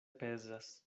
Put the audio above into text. pezas